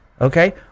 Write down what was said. okay